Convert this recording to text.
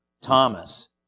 Thomas